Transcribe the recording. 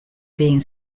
being